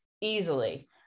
easily